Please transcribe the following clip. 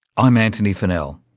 i'm antony funnell,